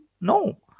No